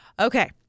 Okay